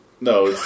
No